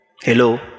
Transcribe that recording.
Hello